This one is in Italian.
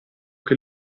che